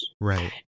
Right